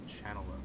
channel